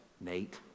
Nate